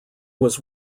was